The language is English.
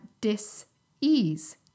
dis-ease